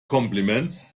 compliments